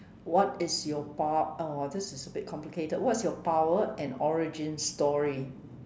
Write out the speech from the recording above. what is your pow~ uh !wow! this is a bit complicated what is your power and origin story